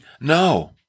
no